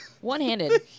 one-handed